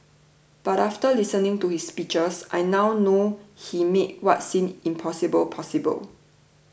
but after listening to his speeches I now know he made what seemed impossible possible